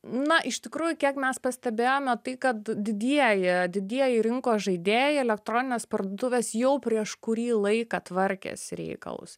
na iš tikrųjų kiek mes pastebėjome tai kad didieji didieji rinkos žaidėjai elektroninės parduotuvės jau prieš kurį laiką tvarkėsi reikalus